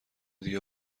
دیگه